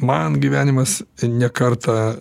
man gyvenimas ne kartą